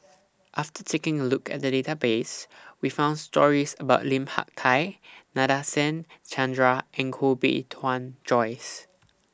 after taking A Look At The Database We found stories about Lim Hak Tai Nadasen Chandra and Koh Bee Tuan Joyce